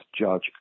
judge